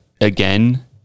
again